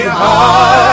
heart